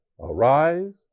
Arise